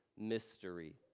mystery